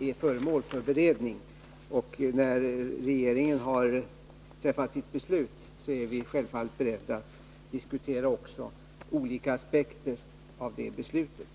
är föremål för beredning. När regeringen har träffat sitt beslut är vi självfallet beredda att diskutera också olika aspekter av det beslutet.